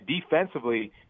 defensively